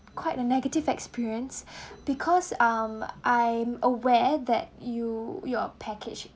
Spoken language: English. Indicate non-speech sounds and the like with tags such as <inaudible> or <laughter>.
quite a negative experience <breath> because um I am aware that you your package